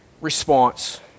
response